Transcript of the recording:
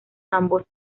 ambos